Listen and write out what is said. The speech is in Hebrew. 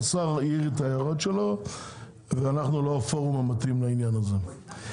השר העיר את ההערות שלו ואנחנו לא הפורום המתאים לעניין הזה.